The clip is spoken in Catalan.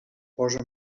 posa